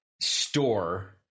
store